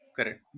Correct